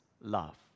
love